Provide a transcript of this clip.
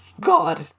God